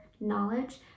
knowledge